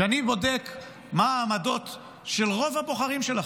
כשאני בודק מה העמדות של רוב הבוחרים שלכם,